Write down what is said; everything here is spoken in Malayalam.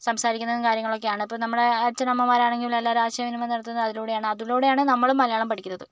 സംസാരിക്കുന്നതും കാര്യങ്ങളൊക്കെയാണ് ഇപ്പം നമ്മു ട അച്ഛനമ്മമാരാണെങ്കിലും എല്ലാവരും ആശയവിനിമയം നടത്തുന്നത് അതിലൂടെയാണ് അതിലൂടെയാണ് നമ്മളും മലയാളം പഠിക്കുന്നത്